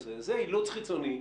אין לי שום ויכוח איתך.